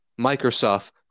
Microsoft